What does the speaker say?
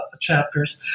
chapters